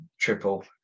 triple